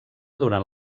durant